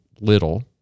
little